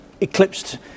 eclipsed